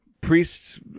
priests